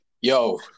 yo